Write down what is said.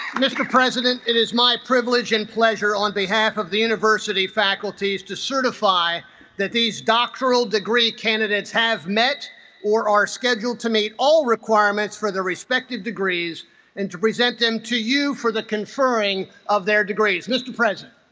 mr. president it is my privilege and pleasure on behalf of the university faculties to certify that these doctoral degree candidates have met or are scheduled to meet all requirements for their respective degrees and to present them to you for the conferring of their degrees mr. president